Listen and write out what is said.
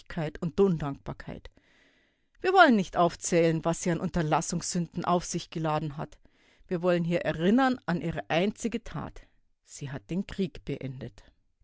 und die undankbarkeit wir wollen nicht aufzählen was sie an unterlassungssünden auf sich geladen hat wir wollen hier erinnern an ihre einzige tat sie hat den krieg beendet